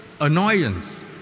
annoyance